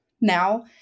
now